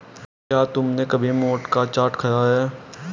क्या तुमने कभी मोठ का चाट खाया है?